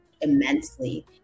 immensely